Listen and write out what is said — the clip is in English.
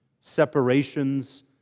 separations